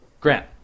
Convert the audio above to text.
grant